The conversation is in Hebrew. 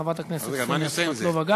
חברת הכנסת קסניה סבטלובה,